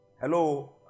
Hello